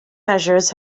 measures